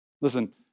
Listen